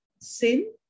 sin